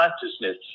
consciousness